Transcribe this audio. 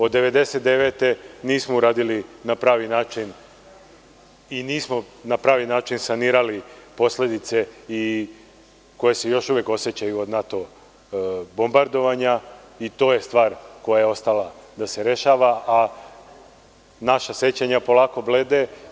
Od 1999. godine nismo uradili na pravi način i nismo na pravi način sanirali posledice koje se još uvek osećaju od NATO bombardovanja i to je stvar koja je ostala da se rešava, a naša sećanja polako blede.